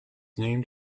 named